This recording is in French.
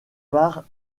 part